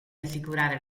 assicurare